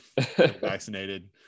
vaccinated